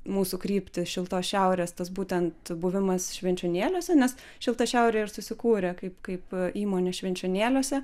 mūsų kryptį šiltos šiaurės tas būtent buvimas švenčionėliuose nes šilta šiaurė ir susikūrė kaip kaip įmonė švenčionėliuose